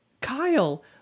kyle